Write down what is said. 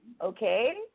Okay